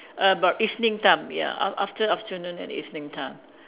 about evening time ya a~ after afternoon and evening time